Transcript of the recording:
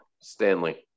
Stanley